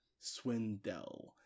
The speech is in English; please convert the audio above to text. Swindell